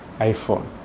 iPhone